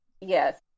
yes